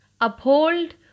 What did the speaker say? Uphold